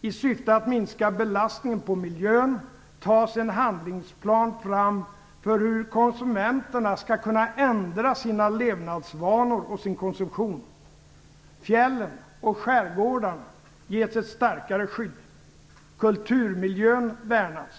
I syfte att minska belastningen på miljön tas en handlingsplan fram för hur konsumenterna skall kunna ändra sina levnadsvanor och sin konsumtion. Fjällen och skärgårdarna ges ett starkare skydd. Kulturmiljön värnas.